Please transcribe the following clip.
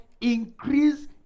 increase